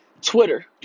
Twitter